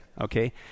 okay